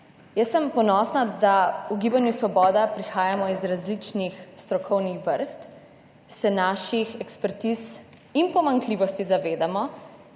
Jaz sem ponosna, da v Gibanju Svoboda prihajamo iz različnih strokovnih vrst, se naših ekspertiz in pomanjkljivosti zavedamo